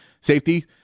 safety